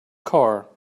car